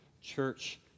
church